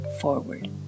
forward